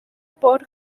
por